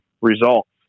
results